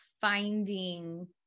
finding